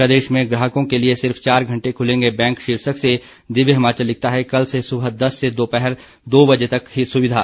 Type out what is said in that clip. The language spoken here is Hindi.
प्रदेश में ग्राहकों के लिए सिर्फ चार घंटे खुलेंगे बैंक शीर्षक से दिव्य हिमाचल लिखता है कल से सुबह दस से दोपहर दो बजे तक ही सुविधा